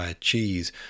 cheese